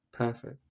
Perfect